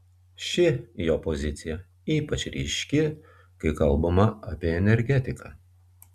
ši jo pozicija ypač ryški kai kalbama apie energetiką